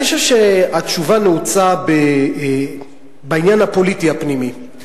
אני חושב שהתשובה נעוצה בעניין הפוליטי הפנימי.